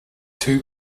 two